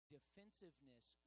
Defensiveness